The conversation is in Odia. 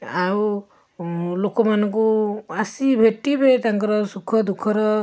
ଆଉ ଲୋକମାନଙ୍କୁ ଆସି ଭେଟିବେ ତାଙ୍କର ସୁଖ ଦୁଃଖର